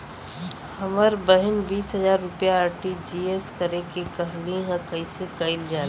हमर बहिन बीस हजार रुपया आर.टी.जी.एस करे के कहली ह कईसे कईल जाला?